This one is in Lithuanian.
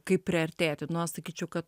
kaip priartėti nu aš sakyčiau kad